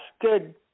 good